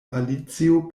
alicio